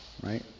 right